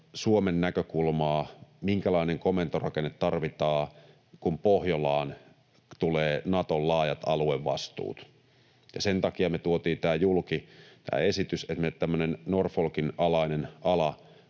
Suomen näkökulmaa, minkälainen komentorakenne tarvitaan, kun Pohjolaan tulevat Naton laajat aluevastuut. Sen takia me tuotiin julki tämä esitys, että me nyt tämmöinen Norfolkin alainen ala,